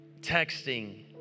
texting